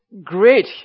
great